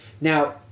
Now